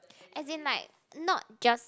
as in like not just